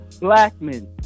Blackman